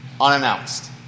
Unannounced